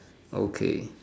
okay